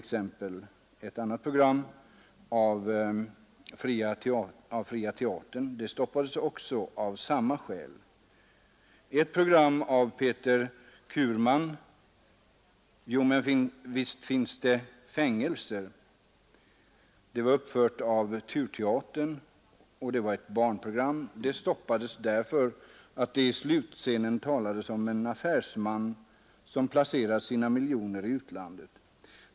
Ett program av Peter Curman, ”Jo men visst finns det fängelser”, var uppfört av Turteatern. Det var ett barnprogram, och det stoppades därför att det i slutscenen talades om en affärsman som placerat sina miljoner i utlandet.